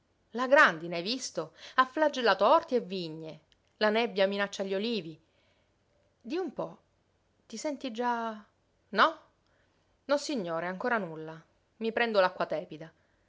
la grandine hai visto ha flagellato orti e vigne la nebbia minaccia gli olivi di un po ti senti già no nossignore ancora nulla i prendo l'acqua tepida